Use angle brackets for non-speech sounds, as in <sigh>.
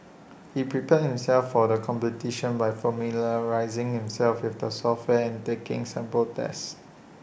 <noise> he prepared himself for the competition by familiarising himself with the software and taking sample tests